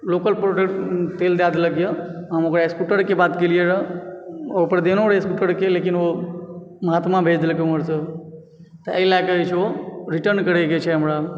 local product तेल दय देलकए हम ओकरा स्कूटरके बात केलिए रऽ ओहिपर देनहुँ रहय स्कूटरके लेकिन ओ महात्मा भेज देलक ओम्हरसँ तऽ एहि लके जे छै ओ रिटर्न करयके छै हमरा